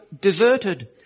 deserted